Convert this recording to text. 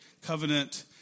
covenant